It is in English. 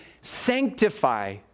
sanctify